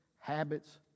habits